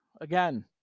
again